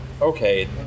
okay